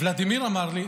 ולדימיר אמר לי,